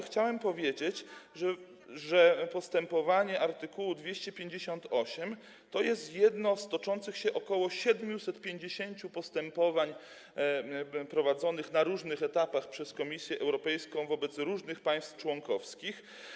chciałbym powiedzieć, że postępowanie na podstawie art. 258 to jest jedno z toczących się ok. 750 postępowań prowadzonych na różnych etapach przez Komisję Europejską wobec różnych państw członkowskich.